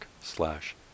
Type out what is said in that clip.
slash